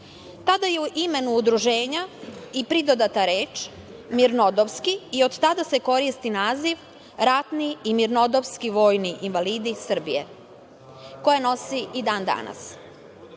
Tada je imenu udruženja pridodata reč mirnodopski i od tada se koristi naziv – Ratni i mirnodopski vojni invalidi Srbije, koje nosi i dan